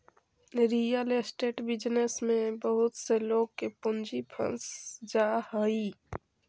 real estate business में बहुत से लोग के पूंजी फंस जा हई